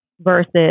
versus